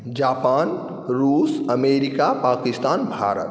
Japan रूस America Pakistan Bharat